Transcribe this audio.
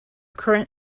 current